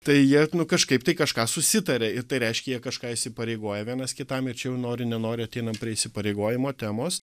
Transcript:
tai jie nu kažkaip tai kažką susitaria ir tai reiškia jie kažką įsipareigoja vienas kitam ir čia jau nori nenori ateinam prie įsipareigojimo temos